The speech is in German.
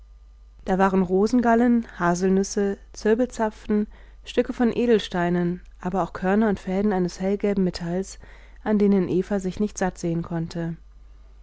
da waren rosengallen haselnüsse zirbelzapfen stücke von edelsteinen aber auch körner und fäden eines hellgelben metalls an denen eva sich nicht sattsehen konnte